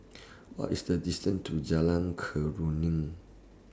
What IS The distance to Jalan Keruing